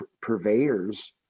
purveyors